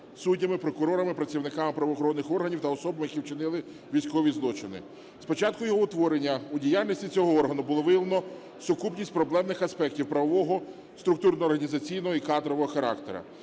суддями, прокурорами, працівниками правоохоронних органів та особами, які вчинили військові злочини. З початку його утворення у діяльності цього органу було виявлено сукупність проблемних аспектів правового, структурно-організаційного і кадрового характеру.